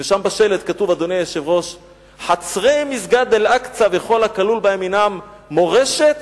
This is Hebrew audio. ובשלט כתוב: חצרי מסגד אל-אקצא וכל הכלול בהם הינם מורשת